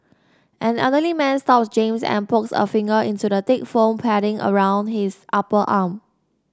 an elderly man stops James and pokes a finger into the thick foam padding around his upper arm